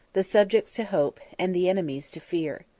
the subjects to hope, and the enemies to fear.